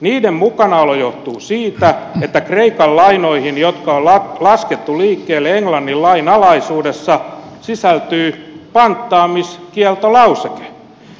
niiden mukanaolo johtuu siitä että kreikan lainoihin jotka on laskettu liikkeelle englannin lain alaisuudessa sisältyy panttaamiskieltolauseke